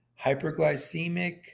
hyperglycemic